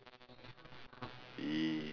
!ee!